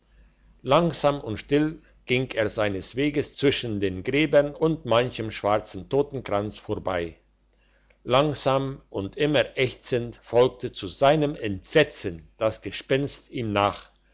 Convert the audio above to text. langsam und still ging er seines weges zwischen den gräbern und manchem schwarzen totenkreuz vorbei langsam und immer ächzend folgte zu seinem entsetzen das gespenst ihm nach